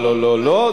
לא לא לא לא,